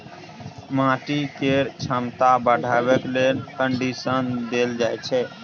माटि केर छमता बढ़ाबे लेल कंडीशनर देल जाइ छै